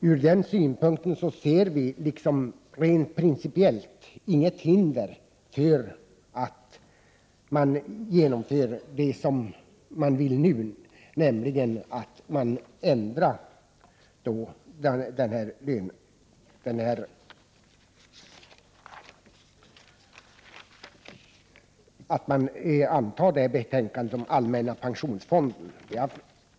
Ur den synpunkten ser vi i vpk rent principiellt inte något hinder för att genomföra det utskottsmajoriteten nu vill, nämligen att förslagen i utskottets betänkande om den allmänna pensionsfonden nu antas.